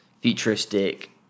futuristic